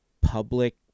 public